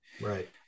Right